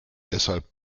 deshalb